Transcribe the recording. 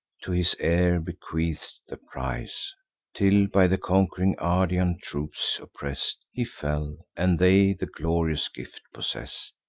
to his heir bequeath'd the prize till, by the conqu'ring ardean troops oppress'd, he fell and they the glorious gift possess'd.